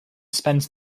spends